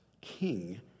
king